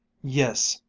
yes,